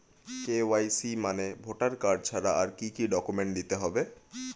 KYC মানে voter card ছাড়া আর কি কি ডকুমেন্ট দিতে হবে?